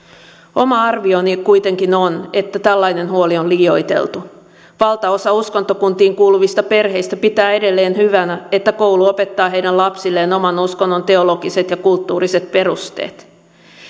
oma arvioni kuitenkin on että tällainen huoli on liioiteltu valtaosa uskontokuntiin kuuluvista perheistä pitää edelleen hyvänä että koulu opettaa heidän lapsilleen oman uskonnon teologiset ja kulttuuriset perusteet